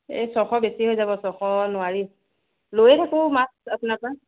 এই ছশ বেছি হৈ যাব ছশ নোৱাৰি লৈয়ে থাকোঁ মাছ আপোনাৰ পৰা